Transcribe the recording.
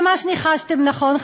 ממש ניחשתם נכון,